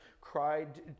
cried